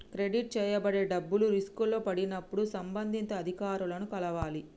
credit చేయబడే డబ్బులు రిస్కులో పడినప్పుడు సంబంధిత అధికారులను కలవాలి